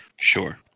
Sure